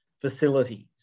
facilities